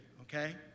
Okay